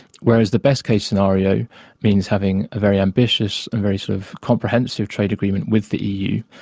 whereas the best case scenario means having a very ambitious and very sort of comprehensive trade agreement with the eu,